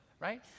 right